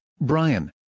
Brian